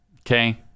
Okay